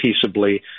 peaceably